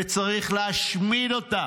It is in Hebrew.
וצריך להשמיד אותם.